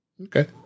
Okay